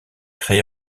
créé